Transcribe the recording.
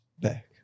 Back